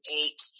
eight